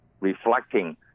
reflecting